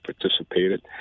participated